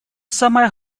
самая